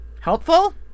Helpful